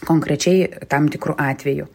konkrečiai tam tikru atveju